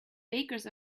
bakers